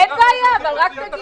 אין בעיה, אבל רק תגיד.